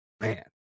Man